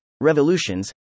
Revolutions